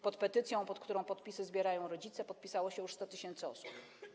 Pod petycją, pod którą podpisy zbierają rodzice, podpisało się już 100 tys. osób.